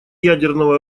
ядерного